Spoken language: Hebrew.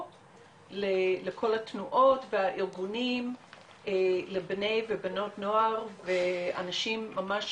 לכל התנועות והארגונים לבני ובנות נוער ואנשים ממש